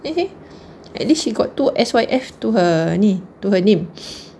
at least she got two S_Y_F to her ni to her name